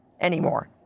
anymore